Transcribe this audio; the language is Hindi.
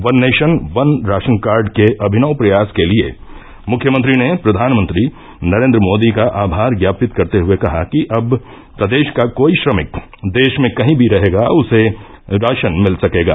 one nation one ration card के अभिनव प्रयास के लिये मुख्यमंत्री ने प्रधानमंत्री नरेन्द्र मोदी का आभार ज्ञापित करते हुये कहा कि अब प्रदेश का कोई श्रमिक देश में कहीं भी रहेगा उसे राशन मिल सकेगा